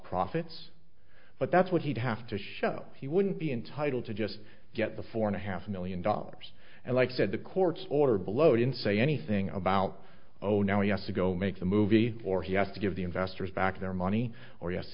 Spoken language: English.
profits but that's what he'd have to show he wouldn't be entitled to just get the four and a half million dollars and like said the court's order below didn't say anything about oh now yes to go make the movie or he has to give the investors back their money or y